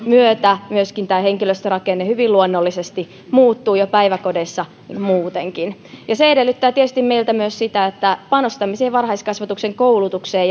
myötä tämä henkilöstörakenne hyvin luonnollisesti muuttuu ja päiväkodeissa muutenkin se edellyttää tietysti meiltä myös sitä että panostamme varhaiskasvatuksen koulutukseen